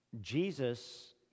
Jesus